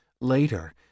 Later